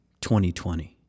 2020